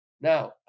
Now